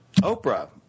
Oprah